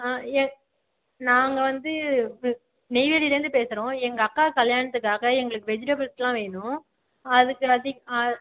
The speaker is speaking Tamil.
ஆ நாங்கள் வந்து நெய்வேலிலேருந்து பேசுகிறோம் எங்கள் அக்கா கல்யாணத்துக்காக எங்களுக்கு வெஜிடபிள்ஸ்லாம் வேணும் அதுக்கு எல்லாத்தையும்